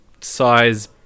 size